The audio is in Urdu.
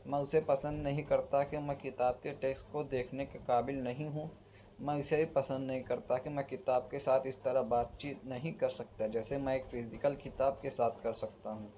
میں اسے پسند نہیں کرتا کہ میں کتاب کے ٹیکسٹ کو دیکھنے کے قابل نہیں ہوں میں اسے بھی پسند نہیں کرتا کہ میں کتاب کے ساتھ اس طرح بات چیت نہیں کر سکتا جیسے میں ایک فزیکل کتاب کے ساتھ کر سکتا ہوں